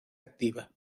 activa